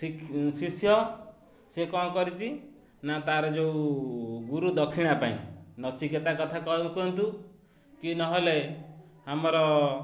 ଶ ଶିଷ୍ୟ ସେ କ'ଣ କରିଛି ନା ତାର ଯେଉଁ ଗୁରୁ ଦକ୍ଷିଣା ପାଇଁ ନଚିକେତା କଥା କୁହନ୍ତୁ କି ନହେଲେ ଆମର